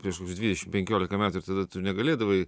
prieš dvidešim penkiolika metų ir tada tu negalėdavai